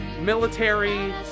military